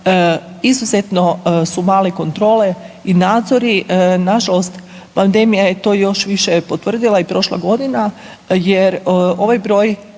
izuzetno su male kontrole i nadzori. Nažalost pandemija je to još više potvrdila i prošla godina jer ovaj broj